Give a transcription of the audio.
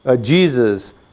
Jesus